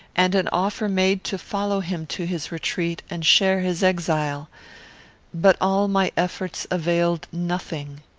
and an offer made to follow him to his retreat and share his exile but all my efforts availed nothing.